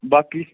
ਬਾਕੀ